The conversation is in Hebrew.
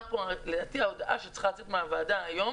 גם פה לדעתי ההודעה שצריכה לצאת מהוועדה היום